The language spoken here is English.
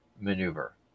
maneuver